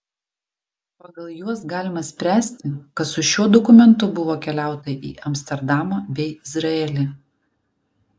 pagal juos galima spręsti kad su šiuo dokumentu buvo keliauta į amsterdamą bei izraelį